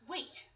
Wait